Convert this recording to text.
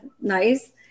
nice